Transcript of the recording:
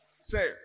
Say